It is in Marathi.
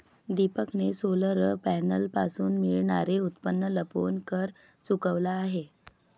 दीपकने सोलर पॅनलपासून मिळणारे उत्पन्न लपवून कर चुकवला आहे